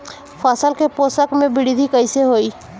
फसल के पोषक में वृद्धि कइसे होई?